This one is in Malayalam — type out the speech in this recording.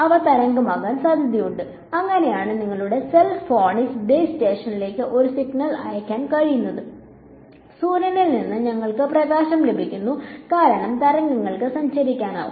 അവ തരംഗമാകാൻ സാധ്യതയുണ്ട് അങ്ങനെയാണ് നിങ്ങളുടെ സെൽ ഫോണിന് ബേസ് സ്റ്റേഷനിലേക്ക് ഒരു സിഗ്നൽ അയയ്ക്കാൻ കഴിയുന്നത് സൂര്യനിൽ നിന്ന് ഞങ്ങൾക്ക് പ്രകാശം ലഭിക്കുന്നു കാരണം തരംഗങ്ങൾക്ക് സഞ്ചരിക്കാനാകും